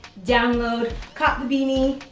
download, cop the beanie!